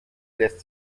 lässt